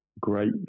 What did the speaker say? great